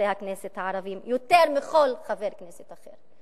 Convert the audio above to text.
חברי הכנסת הערבים יותר מעל כל חבר כנסת אחר.